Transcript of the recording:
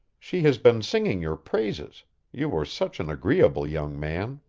she has been singing your praises you were such an agreeable young man.